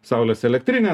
saulės elektrinę